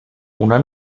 una